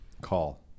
Call